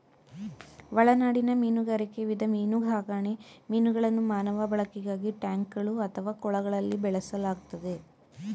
ಒಳನಾಡಿನ ಮೀನುಗಾರಿಕೆ ವಿಧ ಮೀನುಸಾಕಣೆ ಮೀನುಗಳನ್ನು ಮಾನವ ಬಳಕೆಗಾಗಿ ಟ್ಯಾಂಕ್ಗಳು ಅಥವಾ ಕೊಳಗಳಲ್ಲಿ ಬೆಳೆಸಲಾಗ್ತದೆ